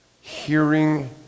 hearing